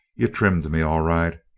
you trimmed me, all right,